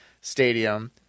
stadium